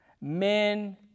men